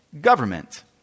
government